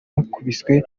bakubiswe